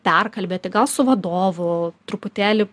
perkalbėti gal su vadovu truputėlį